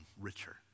richer